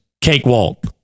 Cakewalk